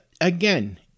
Again